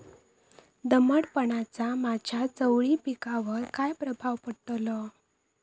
दमटपणाचा माझ्या चवळी पिकावर काय प्रभाव पडतलो?